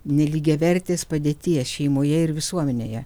nelygiavertės padėties šeimoje ir visuomenėje